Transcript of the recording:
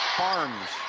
harms,